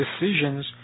decisions